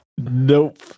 nope